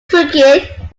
cricket